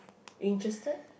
you interested